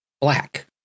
Black